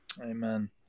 Amen